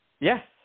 Yes